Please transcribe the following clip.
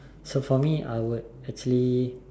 so for me I would actually